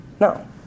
No